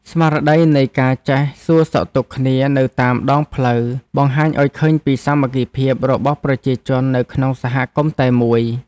ស្មារតីនៃការចេះសួរសុខទុក្ខគ្នានៅតាមដងផ្លូវបង្ហាញឱ្យឃើញពីសាមគ្គីភាពរបស់ប្រជាជននៅក្នុងសហគមន៍តែមួយ។